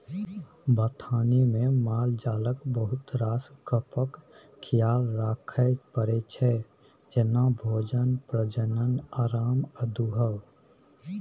बथानमे मालजालक बहुत रास गप्पक खियाल राखय परै छै जेना भोजन, प्रजनन, आराम आ दुहब